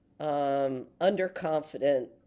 underconfident